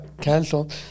cancelled